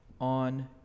on